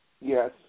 Yes